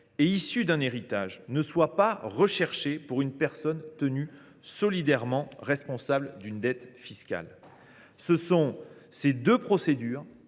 et issus d’un héritage ne seront pas recherchés pour une personne tenue solidairement responsable d’une dette fiscale. Ce sont ces deux procédures